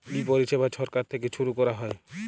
ই পরিছেবা ছরকার থ্যাইকে ছুরু ক্যরা হ্যয়